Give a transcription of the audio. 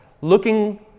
looking